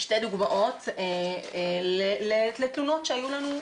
שתי דוגמאות לתלונות שהיו לנו.